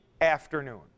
afternoon